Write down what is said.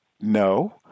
no